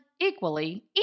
equally